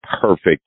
perfect